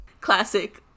Classic